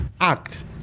act